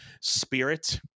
spirit